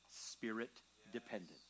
spirit-dependent